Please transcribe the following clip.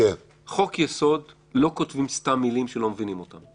חוק יסוד לא כותבים סתם מילים שלא מבינים אותן.